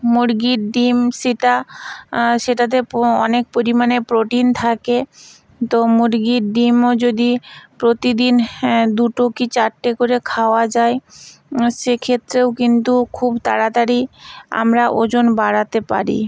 মুরগির ডিম সেটা সেটাতে প অনেক পরিমাণে প্রোটিন থাকে তো মুরগির ডিমও যদি প্রতিদিন হ্যাঁ দুটো কী চারটে করে খাওয়া যায় সেক্ষেত্রেও কিন্তু খুব তাড়াতাড়ি আমরা ওজন বাড়াতে পারি